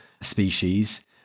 Species